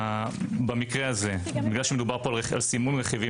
במקרה הזה בגלל שמדובר על סימון רכיבים